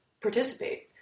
participate